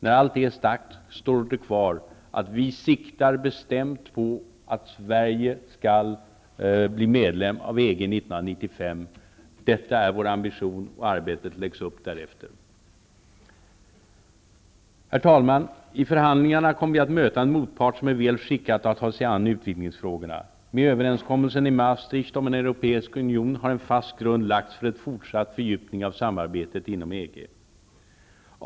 Vi siktar alltså bestämt på att Sverige skall bli medlem i EG 1995. Detta är vår ambition, och arbetet läggs upp därefter. Herr talman! I förhandlingarna kommer vi att möta en motpart som är väl skickad att ta sig an utvidgningsfrågorna. I och med överenskommelsen i Maastricht om en europeisk union har en fast grund lagts för en fortsatt fördjupning av samarbetet inom EG.